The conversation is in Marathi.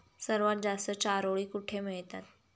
सर्वात जास्त चारोळी कुठे मिळतात?